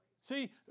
See